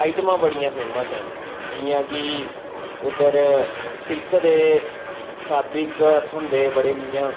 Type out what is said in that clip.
आईटमां बड़ियां फेमस न जियां कि उद्दर सिल्क दे फैवरिक थ्होंदे बड़े इयां